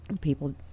people